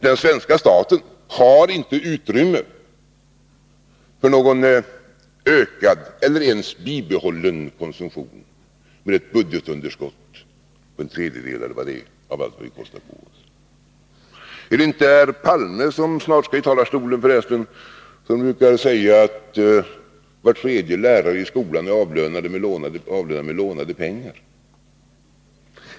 Den svenska staten har inte utrymme för någon ökad eller ens bibehållen konsumtion, med ett budgetunderskott på en tredjedel — eller vad det är — av allt vad vi kostar på oss. Är det inte herr Palme, som snart skall upp i talarstolen, som brukar säga att var tredje lärare i skolan är avlönad med lånade pengar?